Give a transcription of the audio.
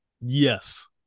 Yes